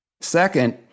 Second